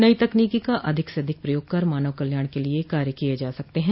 नई तकनीक का अधिक से अधिक प्रयोग कर मानव कल्याण के कार्य किए जा सकते हैं